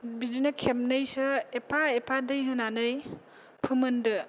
बिदिनो खेबनैसो एफा एफा दै होनानै फोमोनदो